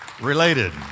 related